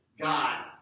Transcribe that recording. God